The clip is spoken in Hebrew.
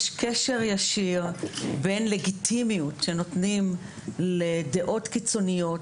יש קשר ישיר בין לגיטימיות שנותנים לדעות קיצוניות,